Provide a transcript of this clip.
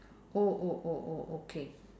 oh oh oh oh okay